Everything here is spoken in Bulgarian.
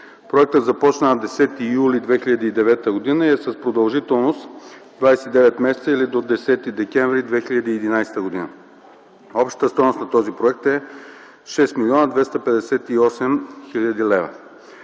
Проектът започна на 10 юли 2009 г. и е с продължителност 29 месеца, или до 10 декември 2011 г. Общата стойност на този проект е 6 258 000 лв.